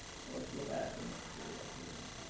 so let's look at the material here.